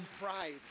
pride